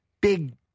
big